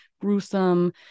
gruesome